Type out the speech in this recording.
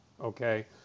Okay